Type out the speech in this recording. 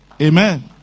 Amen